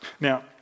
Now